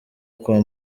kwa